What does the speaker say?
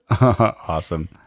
awesome